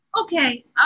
okay